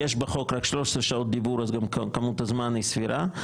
יש בחוק רק 13 שעות דיבור כך שגם כמות הזמן היא סבירה.